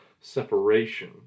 separation